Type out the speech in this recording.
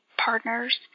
partners